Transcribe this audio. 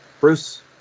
Bruce